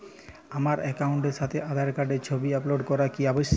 আমার অ্যাকাউন্টের সাথে আধার কার্ডের ছবি আপলোড করা কি আবশ্যিক?